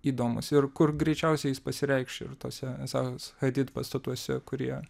įdomus ir kur greičiausiai jis pasireikš ir tose zahos hadid pastatuose kurie